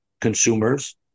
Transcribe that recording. consumers